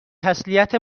تسلیت